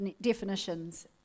definitions